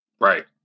Right